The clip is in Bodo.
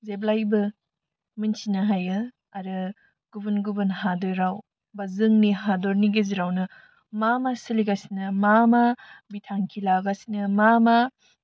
जेब्लायबो मिनथिनो हायो आरो गुबुन गुबुन हादोराव बा जोंनि हादरनि गेजेरावनो मा मा सोलिगासिनो मा मा बिथांखि लागासिनो मा मा